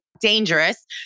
dangerous